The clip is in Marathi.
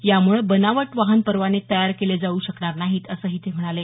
यामुळं बनावट वाहन परवाने तयार केले जाऊ शकणार नाहीत असंही ते म्हणाले